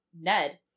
Ned